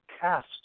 cast